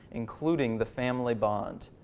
including the family bond.